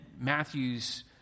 Matthew's